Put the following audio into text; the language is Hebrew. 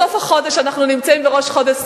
אמר שמעון החשמונאי: לא ארץ נוכרייה לקחנו,